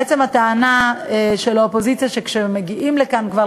בעצם הטענה של האופוזיציה שכשמגיעים לכאן כבר,